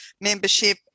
membership